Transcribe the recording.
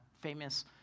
famous